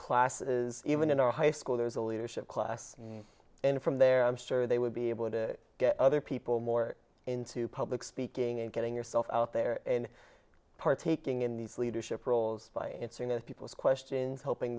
classes even in our high school there's a leadership class and from there i'm sure they would be able to get other people more into public speaking and getting yourself out there and partaking in these leadership roles by answering those people's questions helping